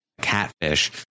catfish